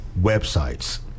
websites